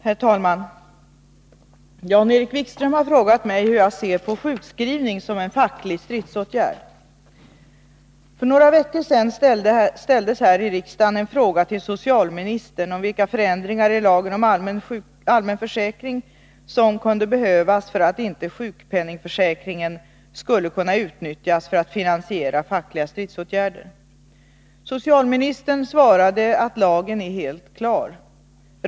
Herr talman! Jan-Erik Wikström har frågat mig hur jag ser på sjukskrivning som en facklig stridsåtgärd. För några veckor sedan ställdes här i riksdagen en fråga till socialministern om vilka förändringar i lagen om allmän försäkring som kunde behövas för att inte sjukpenningförsäkringen skulle kunna utnyttjas för att finansiera fackliga stridsåtgärder. Socialministern svarade att lagen är helt klar.